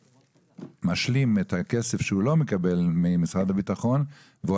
ומשלים את הכסף שהוא לא מקבל ממשרד הביטחון והוא